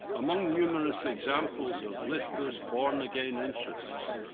among numerous examples of lithgow's born-again interests,